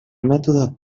mètode